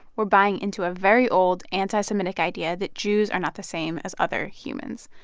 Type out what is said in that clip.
we're buying into a very old anti-semitic idea that jews are not the same as other humans,